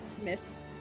Miss